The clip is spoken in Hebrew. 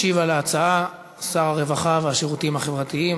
משיב על ההצעה שר הרווחה והשירותים החברתיים,